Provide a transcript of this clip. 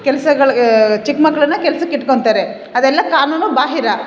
ಕೆಲ್ಸಗಳಿಗೆ ಚಿಕ್ಕ ಮಕ್ಳನ್ನು ಕೆಲ್ಸಕ್ಕೆ ಇಟ್ಕೊಂತಾರೆ ಅದೆಲ್ಲ ಕಾನೂನು ಬಾಹಿರ